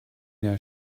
der